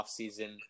offseason